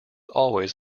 always